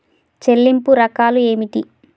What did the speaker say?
చెల్లింపు రకాలు ఏమిటి?